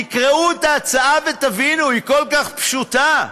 תקראו את ההצעה ותבינו, היא כל כך פשוטה.